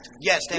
Yes